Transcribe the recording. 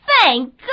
Thank